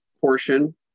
portion